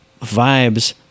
vibes